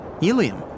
helium